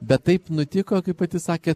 bet taip nutiko kaip pati sakėt